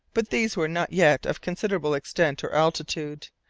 but these were not yet of considerable extent or altitude.